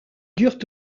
durent